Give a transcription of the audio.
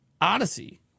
Odyssey